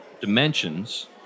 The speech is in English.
dimensions